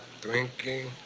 drinking